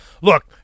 look